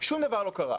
שום דבר לא קרה.